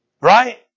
right